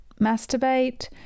masturbate